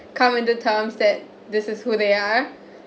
come into terms that this is who they are